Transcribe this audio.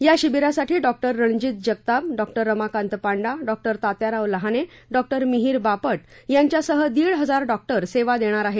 या शिविरासाठी डॉ रणजीत जगताप डॉ रमाकांत पांडा डॉ तात्याराव लहाने डॉ मिहीर बापट यांच्यासह दिड हजार डॉक्टर सेवा देणार आहेत